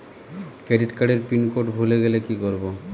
Credit কার্ডের pin code ভুলে গেলে কি করব?